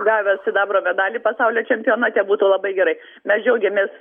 gavęs sidabro medalį pasaulio čempionate būtų labai gerai mes džiaugiamės